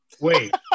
Wait